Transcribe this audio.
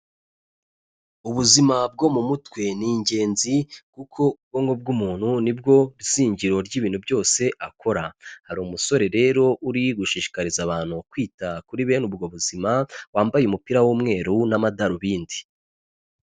Ubuzima bwo mu mutwe, ni ingenzi kuko ubwonko bw'umuntu nibwo zigiro ry'ibintu byose akora. Hari umusore rero uri gushishikariza abantu kwita kuri bene ubwo buzima, wambaye umupira w'umweru n'amadarubindi.